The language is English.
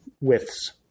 widths